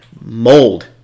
mold